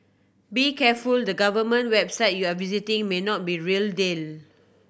be careful the government website you are visiting may not be real deal